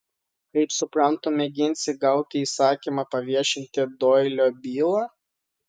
kaip suprantu mėginsi gauti įsakymą paviešinti doilio bylą